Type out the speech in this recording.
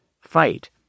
fight